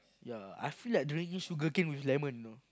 yea I feel like drinking sugarcane with lemon you know